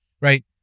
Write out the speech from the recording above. right